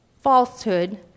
falsehood